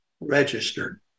registered